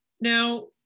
Now